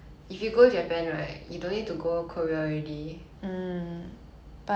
but I disagree because like the food is different ya